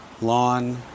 lawn